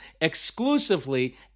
exclusively